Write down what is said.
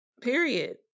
Period